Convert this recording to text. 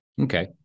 Okay